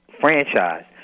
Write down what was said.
franchise